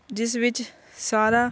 ਜਿਸ ਵਿੱਚ ਸਾਰਾ